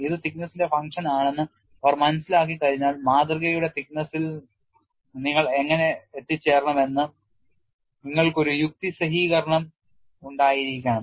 ഇത് thickness ന്റെ function ആണെന്ന് അവർ മനസ്സിലാക്കി കഴിഞ്ഞാൽ മാതൃകയുടെ thickness ൽ നിങ്ങൾ എങ്ങനെ എത്തിച്ചേരണം എന്ന് നിങ്ങൾക്ക് ഒരു യുക്തിസഹീകരണം ഉണ്ടായിരിക്കണം